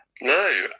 No